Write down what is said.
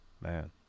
Man